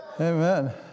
Amen